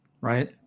right